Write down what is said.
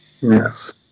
Yes